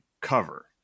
cover